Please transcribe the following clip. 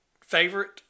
favorite